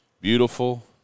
beautiful